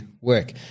work